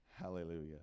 Hallelujah